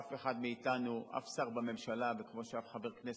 אף אחד מאתנו, אף שר בממשלה, כמו שאף חבר כנסת,